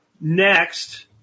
Next